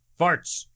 farts